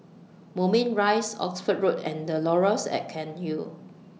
Moulmein Rise Oxford Road and The Laurels At Cairnhill